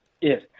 Yes